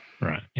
Right